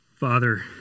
Father